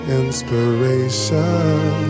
inspiration